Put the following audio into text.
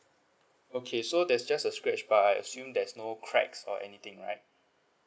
okay so there's just a scratch but I assume there's no cracks or anything right